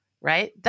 right